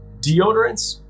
deodorants